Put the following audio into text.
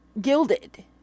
gilded